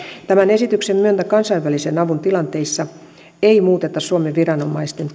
tämän esityksen myötä kansainvälisen avun tilanteissa ei muuteta suomen viranomaisten